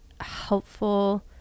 helpful